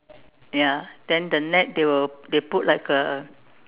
ya then the net they will they put like a